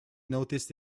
noticed